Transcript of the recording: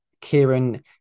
Kieran